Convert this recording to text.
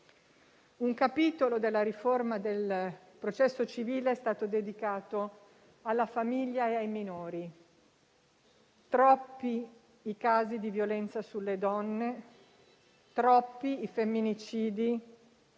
Un capitolo della riforma del processo civile è stato dedicato alla famiglia e ai minori: troppi i casi di violenza sulle donne, troppi i femminicidi,